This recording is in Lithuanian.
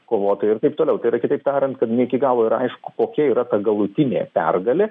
kovotojai ir taip toliau tai yra kitaip tariant kad ne iki galo ir aišku kokia yra ta galutinė pergalė